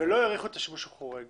ולא האריכו את השימוש החורג.